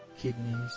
kidneys